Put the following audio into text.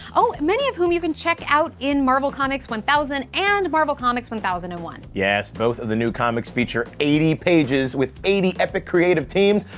oh, many of whom you can check out in marvel comics one thousand and marvel comics one thousand and one. yes. both of the new comics feature eighty pages with eighty epic creative teams.